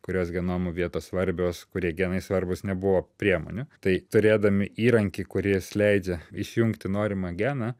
kurios genomų vietos svarbios kurie genai svarbūs nebuvo priemonių tai turėdami įrankį kuris leidžia išjungti norimą geną